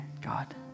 God